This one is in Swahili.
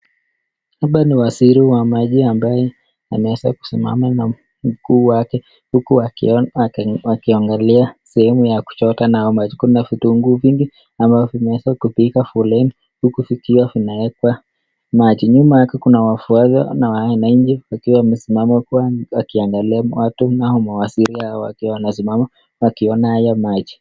Hapa ni waziri wa maji ambaye ameweza kusimama na mkuu wake, huku akiangalia sehemu ya kuchota na maji. Kuna vitunguu vingi ambavyo vimeweza kupiga foleni, huku vikiwa vinawekwa maji. Nyuma yake kuna wafuasi na wananchi wakiwa wamesimama huku wakiangalia watu na mawaziri hawa wakiwa wanasimama wakiona haya maji.